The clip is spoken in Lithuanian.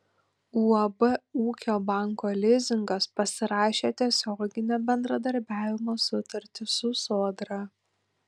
uab ūkio banko lizingas pasirašė tiesioginio bendradarbiavimo sutartį su sodra